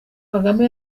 kagame